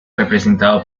representado